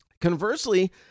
Conversely